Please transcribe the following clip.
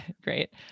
great